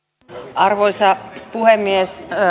arvoisa puhemies